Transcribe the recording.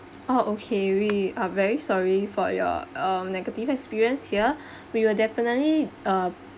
oh okay we are very sorry for your um negative experience here we will definitely um